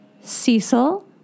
Cecil